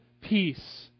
peace